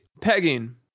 pegging